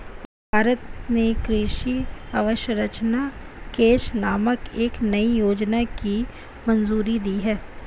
भारत ने कृषि अवसंरचना कोष नामक एक नयी योजना को मंजूरी दी है